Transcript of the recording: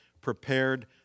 prepared